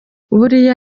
buriya